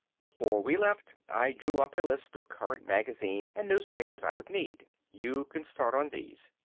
before we left i drew up a list of current magazines and newspapers i would need. you can start on these.